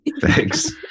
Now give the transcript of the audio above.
thanks